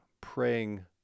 praying